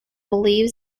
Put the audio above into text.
believes